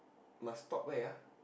must stop where ah